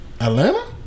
Atlanta